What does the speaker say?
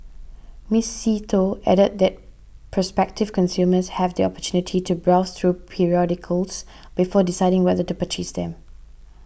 Miss See Tho added that prospective consumers have the opportunity to browse through periodicals before deciding whether to purchase them